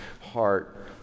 heart